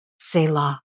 Selah